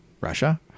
Russia